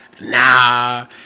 nah